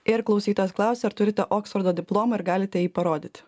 ir klausytojas klausia ar turite oksfordo diplomą ir galite jį parodyt